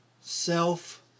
self